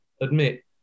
admit